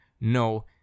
no